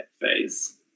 phase